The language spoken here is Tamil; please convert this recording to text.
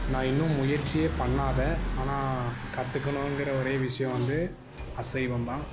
நான் இன்னும் முயற்சியே பண்ணாத ஆனால் கற்றுக்கணுங்கிற ஒரே விஷயோம் வந்து அசைவம் தான்